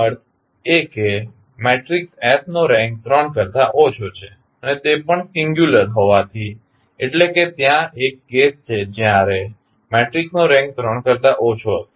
તેનો અર્થ એ કે મેટ્રિક્સ S નો રેન્ક 3 કરતા ઓછો છે અને તે પણ સિંગ્યુલર હોવાથી અટલે કે ત્યાં એક કેસ છે જ્યારે મેટ્રિક્સનો રેન્ક 3 કરતા ઓછો હશે